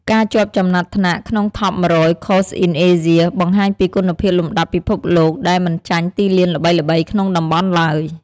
ការជាប់ចំណាត់ថ្នាក់ក្នុង "Top 100 Courses in Asia" បង្ហាញពីគុណភាពលំដាប់ពិភពលោកដែលមិនចាញ់ទីលានល្បីៗក្នុងតំបន់ឡើយ។